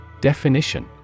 Definition